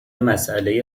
مساله